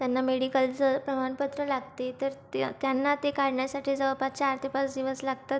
त्यांना मेडिकलचं प्रमाणपत्र लागते तर ते त्यांना ते काढण्यासाठी जवळपास चार ते पाच दिवस लागतात